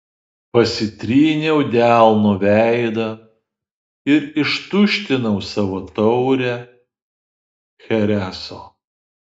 pasitryniau delnu veidą ir ištuštinau savo taurę chereso